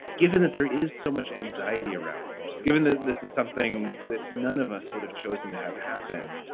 given that there is so much anxiety around this, given that this is something that none of us would have chosen to have happen.